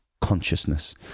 consciousness